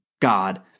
God